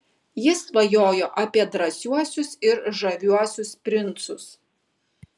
ji svajojo apie drąsiuosius ir žaviuosius princus